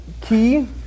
key